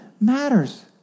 matters